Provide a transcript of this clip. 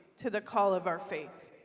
to the call of our faith.